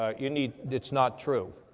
ah you need, it's not true.